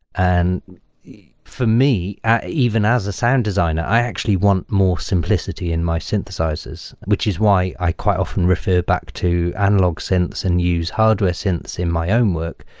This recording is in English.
and for me, even as a sound designer, i actually want more simplicity in my synthesizers, which is why i quite often refer back to analog synths and use hardware synths in my um work,